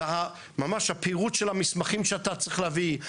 ממש פירוט המסמכים שאתה צריך להביא,